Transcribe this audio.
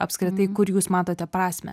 apskritai kur jūs matote prasmę